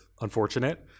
unfortunate